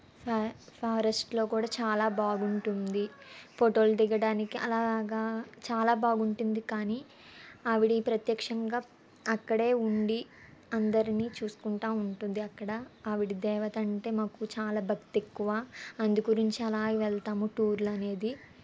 ఫారెస్ట్లో కూడా చాలా బాగుంటుంది ఫొటోలు దిగడానికి అలాగా చాలా బాగుంటుంది కానీ ఆవిడ ప్రత్యక్షంగా అక్కడే ఉండి అందరినీ చూసుకుంటూ ఉంటుంది అక్కడ ఆవిడ దేవత అంటే మాకు చాలా భక్తి ఎక్కువ అందుగురించి అలాగే వెళతాము టూర్లు అనేది